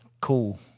Cool